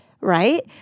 Right